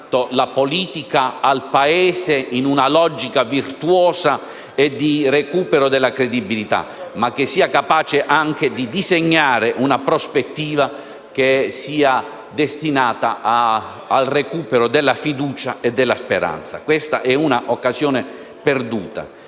la riconnetta al Paese, in una logica virtuosa e di recupero della credibilità, ma che sia capace anche di disegnare una prospettiva destinata al recupero della fiducia e della speranza. Questa è un'occasione perduta